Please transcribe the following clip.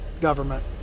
government